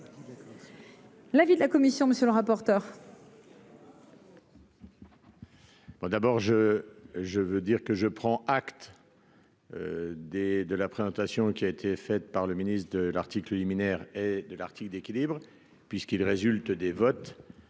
L'avis de la commission, monsieur le rapporteur. Bon, d'abord, je, je veux dire que je prends acte des de la présentation qui a été faite par le ministre de l'article liminaire de l'article d'équilibre puisqu'ils résultent des votes